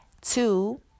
two